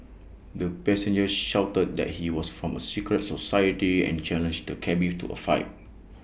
the passenger shouted that he was from A secret society and challenged the cabby to A fight